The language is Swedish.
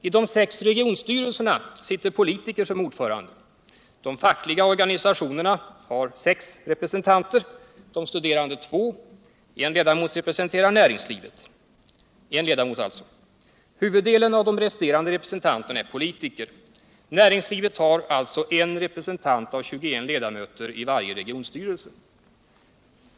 I de sex regionstyrelserna sitter politiker som ordförande, De fackliga organisationerna har sex representanter, de studerande två och en ledamot representerar näringslivet. Huvuddelen av de resterande representanterna är politiker. Näringslivet har alltså en representant av 21 ledamöter i varje regionstyrelse.